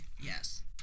yes